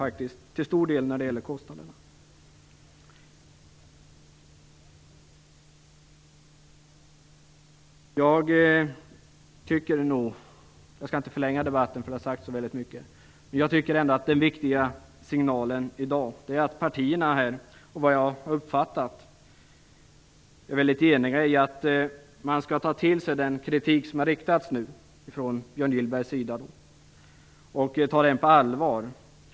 Jag skall inte förlänga debatten, eftersom det redan har sagts så mycket i den, men jag tycker ändå att den viktiga signalen i dag är att partierna, såvitt jag har uppfattat, är mycket eniga om att ta till sig den kritik som nu har framförts av Björn Gillberg och ta den på allvar.